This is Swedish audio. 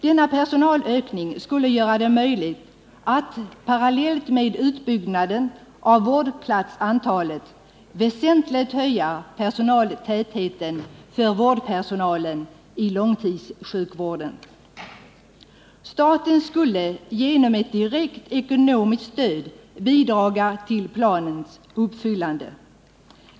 Denna personalökning skulle göra det möjligt att parallellt med utbyggnaden av vårdplatsantalet väsentligt höja personaltätheten för vårdpersonalen i långtidssjukvården. Staten skulle genom ett direkt ekonomiskt stöd bidra till planens uppfyllande.